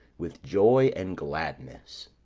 with joy and gladness.